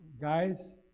Guys